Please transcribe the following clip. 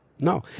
No